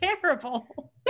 terrible